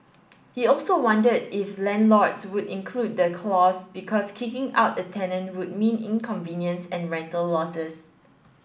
he also wondered if landlords would include the clause because kicking out a tenant would mean inconvenience and rental losses